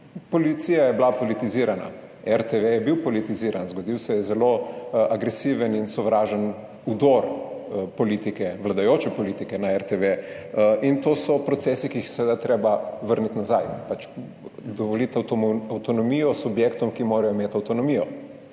Policija je bila politizirana, RTV je bil politiziran, zgodil se je zelo agresiven in sovražen vdor vladajoče politike na RTV in to so procesi, ki jih je seveda treba vrniti nazaj. Dovolite avtonomijo subjektom, ki morajo imeti avtonomijo.